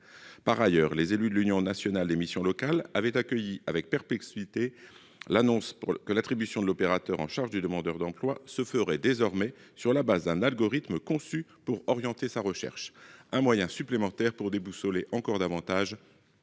Par ailleurs, les élus de l'Union nationale des missions locales avaient accueilli avec perplexité. L'annonce pour que l'attribution de l'opérateur, en charge du demandeur d'emploi se ferait désormais sur la base d'un algorithme conçu pour orienter sa recherche un moyen supplémentaire pour déboussoler encore davantage.